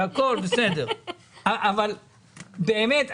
אבל באמת,